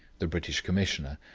the british commissioner,